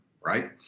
right